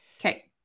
okay